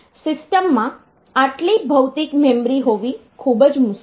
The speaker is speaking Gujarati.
સિસ્ટમમાં આટલી ભૌતિક મેમરી હોવી ખૂબ જ મુશ્કેલ છે